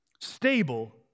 stable